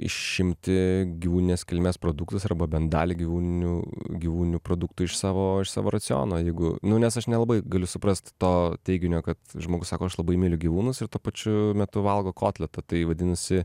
išimti gyvūninės kilmės produktus arba bent dalį gyvūninių gyvūninių produktų iš savo iš savo raciono jeigu nu nes aš nelabai galiu suprast to teiginio kad žmogus sako aš labai myliu gyvūnus ir tuo pačiu metu valgo kotletą tai vadinasi